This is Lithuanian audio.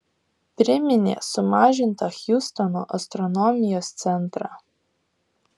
priminė sumažintą hjustono astronomijos centrą